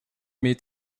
mee